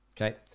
Okay